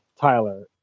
Tyler